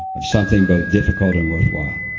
of something both difficult and worthwhile.